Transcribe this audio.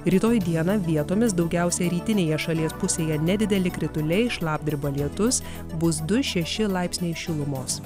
rytoj dieną vietomis daugiausiai rytinėje šalies pusėje nedideli krituliai šlapdriba lietus bus du šeši laipsniai šilumos